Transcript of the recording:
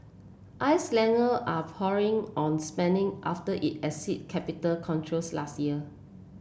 Icelander are pouring on spending after it exited capital controls last year